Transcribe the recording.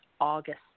August